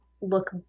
look